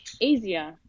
easier